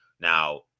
Now